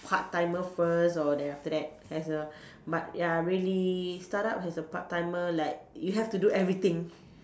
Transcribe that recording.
part timer first or then after that as a but ya really start out as a part timer like you have to do everything